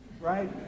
right